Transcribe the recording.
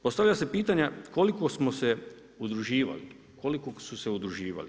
Postavljaju se pitanja koliko smo se udruživali, koliko su se udruživali?